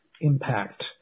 impact